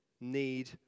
need